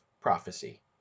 prophecy